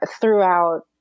throughout